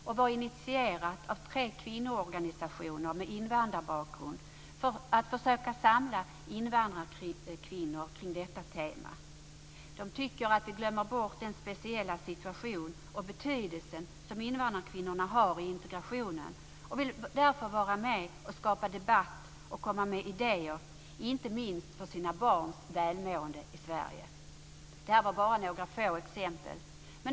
Det var initierat av tre kvinnoorganisationer med invandrarbakgrund för att försöka samla invandrarkvinnor kring detta tema. De tycker att vi glömmer bort invandrarkvinnornas speciella situation och den betydelse som de har i integrationen. Därför vill de vara med och skapa debatt och komma med idéer, inte minst för sina barns välmående i Sverige. Detta var bara några få exempel.